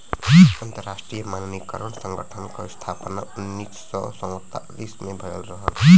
अंतरराष्ट्रीय मानकीकरण संगठन क स्थापना उन्नीस सौ सैंतालीस में भयल रहल